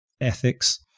ethics